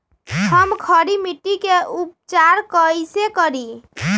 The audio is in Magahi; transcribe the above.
हम खड़ी मिट्टी के उपचार कईसे करी?